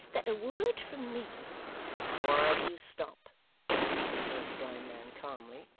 that a word from me why do you stop returned the blind man calmly,